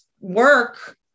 work